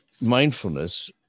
mindfulness